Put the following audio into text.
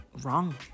wrong